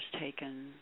taken